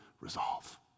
resolve